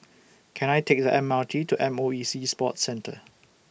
Can I Take The M R T to M O E Sea Sports Centre